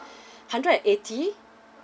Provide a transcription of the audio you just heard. hundred and eighty